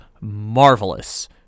marvelous